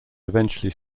eventually